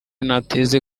ntateze